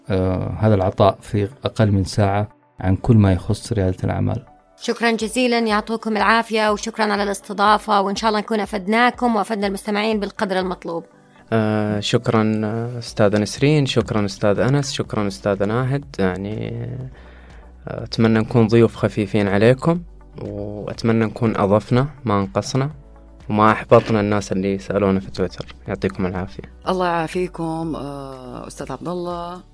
آه، هذا العطاء في أقل من ساعة عن كل ما يخص ريادة الأعمال. شكراً جزيلاً، يعطوكم العافية، وشكراً على الاستضافة، وإن شاء الله نكون أفدناكم وأفدنا المستمعين بالقدر المطلوب. آه، شكراً، آه، أستاذة نسرين، شكراً أستاذ أنس، شكراً أستاذة ناهد. يعني، آه، أتمنى نكون ضيوف خفيفين عليكم، وأتمنى نكون أضفنا ما أنقصنا، وما أحبطنا الناس اللي يسألونا في تويتر. يعطيكم العافية. الله يعافيكم، آه، أستاذ عبد الله.